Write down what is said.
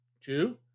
Two